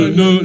no